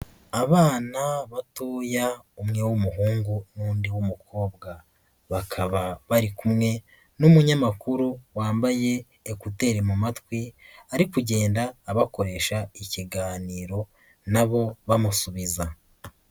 Abana batoya umwe w'umuhungu n'undi w'umukobwa bakaba bari kumwe n'umunyamakuru wambaye ekuteri mu matwi ari kugenda abakoresha ikiganiro na bo bamusubiza.